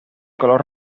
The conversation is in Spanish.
color